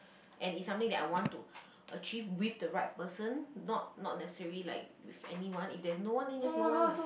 and is something that I want to achieve with the right person not not necessary like with anyone if there's no one just no one lah